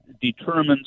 determines